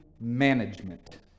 management